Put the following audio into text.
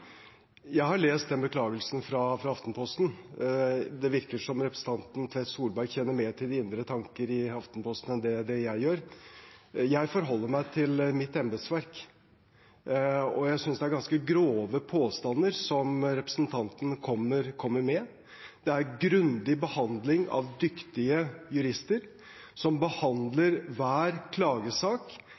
Jeg har lest den beklagelsen fra Aftenposten. Det virker som representanten Tvedt Solberg kjenner mer til de indre tanker i Aftenposten enn det jeg gjør. Jeg forholder meg til mitt embetsverk, og jeg synes det er ganske grove påstander representanten kommer med. Her er det grundig behandling, utført av dyktige jurister som behandler hver klagesak